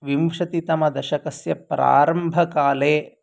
विंशतितमदशकस्य प्रारम्भकाले